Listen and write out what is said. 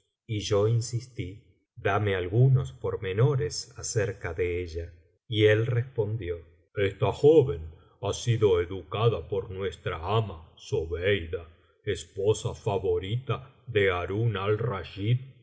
y yo insistí dame algunos pormenores acerca de ella y él respondió esta joven ha sido educada por nuestra ama zobeida esposa favorita de harún